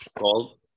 called